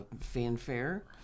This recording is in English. fanfare